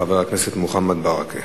חבר הכנסת מוחמד ברכה.